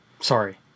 Sorry